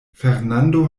fernando